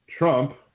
Trump